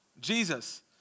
Jesus